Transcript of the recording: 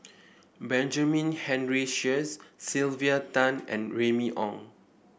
Benjamin Henry Sheares Sylvia Tan and Remy Ong